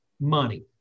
money